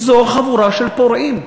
זו חבורה של פורעים,